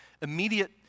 immediate